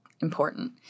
important